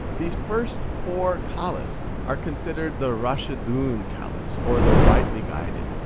these first four caliphs are considered the rashidun caliphs or the rightly guided.